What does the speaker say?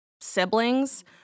siblings